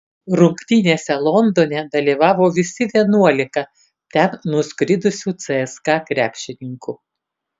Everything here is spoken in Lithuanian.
rungtynėse londone dalyvavo visi vienuolika ten nuskridusių cska krepšininkų